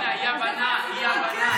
פנינה, אי-הבנה, אי-הבנה.